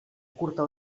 curta